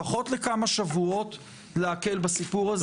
לפחות לכמה שבועות להקל בסיפור הזה.